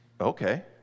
Okay